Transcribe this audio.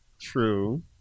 true